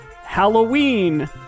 Halloween